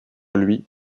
lui